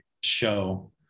show